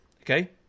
Okay